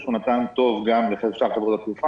שהוא נתן טוב גם לשאר חברות התעופה.